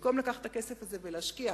במקום לקחת את הכסף הזה ולהשקיע,